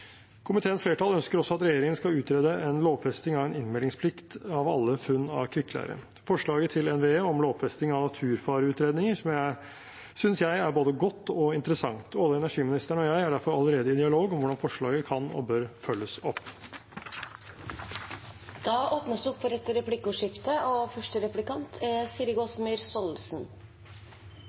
Komiteens flertall ønsker også at regjeringen skal utrede en lovfesting av en innmeldingsplikt av alle funn av kvikkleire. Forslaget til NVE om lovfesting av naturfareutredninger synes jeg er både godt og interessant. Olje- og energiministeren og jeg er derfor allerede i dialog om hvordan forslaget kan og bør følges opp. Det blir replikkordskifte. Jeg merket meg det statsråden sa helt til slutt, nemlig at han er